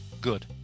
good